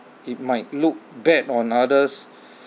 it might look bad on others